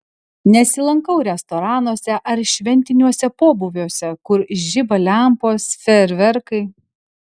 nesilankau restoranuose ar šventiniuose pobūviuose kur žiba lempos fejerverkai